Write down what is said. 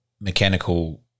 mechanical